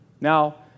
Now